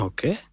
Okay